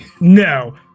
No